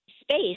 space